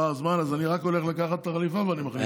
אז אני רק הולך לקחת את החליפה ואני מחליף אותך.